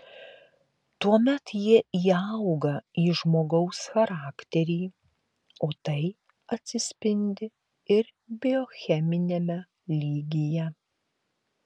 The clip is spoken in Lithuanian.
tuomet jie įauga į žmogaus charakterį o tai atsispindi ir biocheminiame lygyje